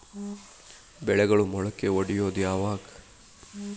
ಬೆಳೆಗಳು ಮೊಳಕೆ ಒಡಿಯೋದ್ ಯಾವಾಗ್?